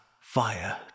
fire